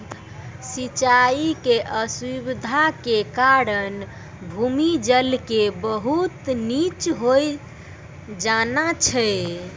सिचाई के असुविधा के कारण भूमि जल के बहुत नीचॅ होय जाना छै